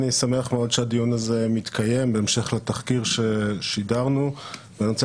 אני שמח מאוד שהדיון הזה מתקיים בהמשך לתחקיר ששידרנו ואני רוצה